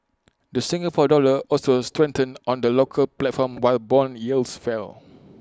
the Singapore dollar also strengthened on the local platform while Bond yields fell